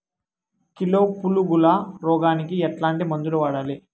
Kilo పులుగుల రోగానికి ఎట్లాంటి మందులు వాడాలి?